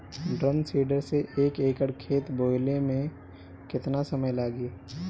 Drum seeder से एक एकड़ खेत बोयले मै कितना समय लागी?